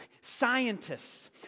scientists